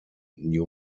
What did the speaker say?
new